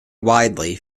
widely